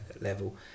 level